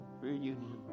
reunion